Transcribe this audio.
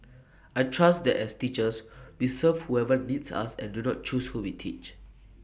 I trust that as teachers we serve whoever needs us and do not choose who we teach